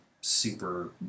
super